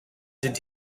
did